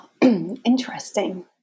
Interesting